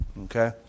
Okay